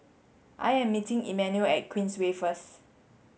I am meeting Emanuel at Queensway first